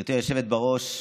גברתי היושבת-ראש,